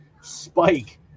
spike